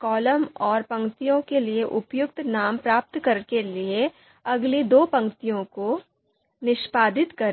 column और पंक्तियों के लिए उपयुक्त नाम प्राप्त करने के लिए अगली दो पंक्तियों को निष्पादित करें